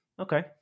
Okay